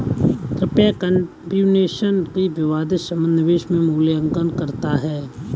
क्या कंप्यूटेशनल वित्त संभावित निवेश का मूल्यांकन करता है?